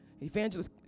Evangelist